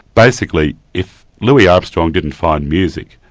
basically, if louis armstrong didn't find music,